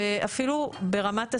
אפילו ברמת השיח,